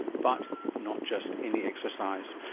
but not just any exercise.